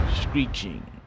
screeching